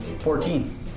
Fourteen